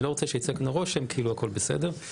אני לא רוצה שייצא מראש שכאילו הכול בסדר,